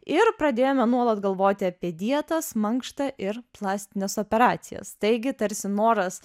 ir pradėjome nuolat galvoti apie dietas mankštą ir plastines operacijas taigi tarsi noras